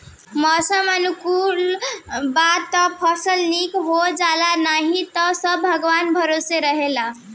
मौसम अगर अनुकूल बा त फसल निक हो जाला नाही त सब भगवान भरोसे रहेला